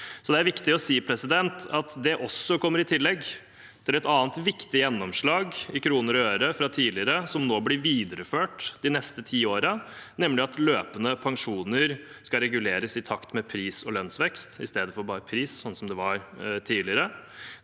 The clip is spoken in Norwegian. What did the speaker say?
Det er viktig å si at det kommer i tillegg til et annet viktig gjennomslag i kroner og øre fra tidligere, som nå blir videreført de neste ti årene, nemlig at løpende pensjoner skal reguleres i takt med pris- og lønnsvekst istedenfor bare pris, sånn som det var tidligere.